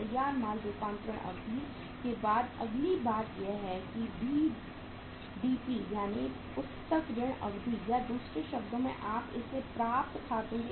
तैयार माल की अवधि भी कह सकते हैं